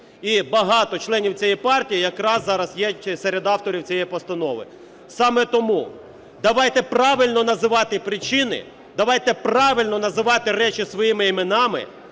І багато членів цієї партії якраз є серед авторів цієї постанови. Саме тому давайте правильно називати причини, давайте правильно називати речі своїми іменами,